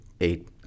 eight